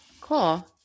cool